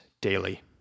daily